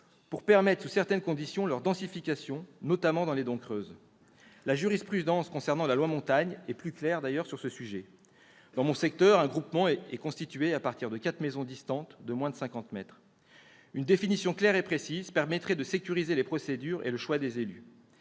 pour permettre, sous certaines conditions, leur densification notamment dans les dents creuses. La jurisprudence concernant la loi Montagne est plus claire sur ce sujet. Dans mon secteur, un groupement est constitué à partir de quatre maisons distantes de moins de 50 mètres. Une définition claire et précise permettrait de sécuriser les procédures et le choix des élus.